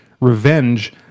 revenge